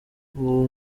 uwo